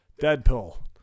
Deadpool